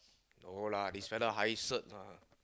no lah this one high cert ah